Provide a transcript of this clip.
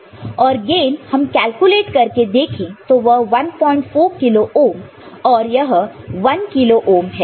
और गेन हम कैलकुलेट करके देखे तो वह 14 किलो ओहम है और यह 1 किलो ओहम है